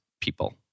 People